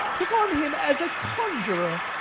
took on him as a conjurer,